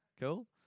Cool